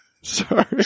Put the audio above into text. Sorry